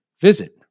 Visit